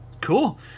Cool